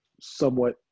somewhat